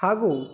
ಹಾಗು